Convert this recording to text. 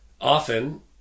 often